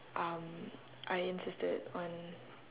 um I insisted on